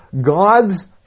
God's